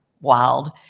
wild